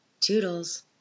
toodles